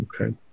Okay